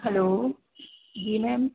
hello जी ma'am